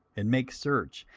and make search,